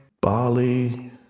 Bali